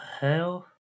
hell